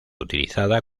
utilizada